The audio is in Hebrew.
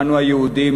אנו היהודים,